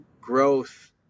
growth